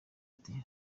ati